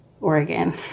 Oregon